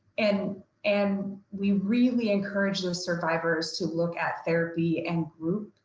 and and we really encourage those survivors to look at therapy and group.